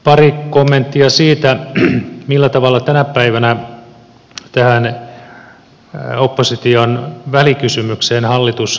pari kommenttia siitä millä tavalla tänä päivänä tähän opposition välikysymykseen hallitus vastasi